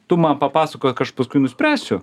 tu man papasakok aš paskui nuspręsiu